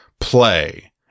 play